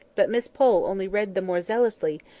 but miss pole only read the more zealously,